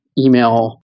email